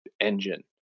engine